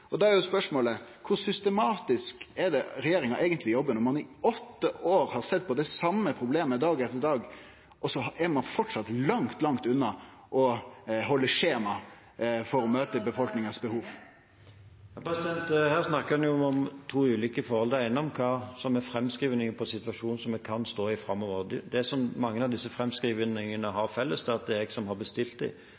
Da er spørsmålet: Kor systematisk jobbar regjeringa eigentleg når ein i åtte år har sett på det same problemet dag etter dag, og så er ein framleis langt, langt unna å halde skjema for å møte befolkninga sitt behov? Her snakker en om to ulike forhold. Det ene er hva som er framskrivningen på situasjonen vi kan stå i framover. Det mange av disse framskrivningene har